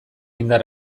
indar